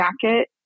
jacket